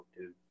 dude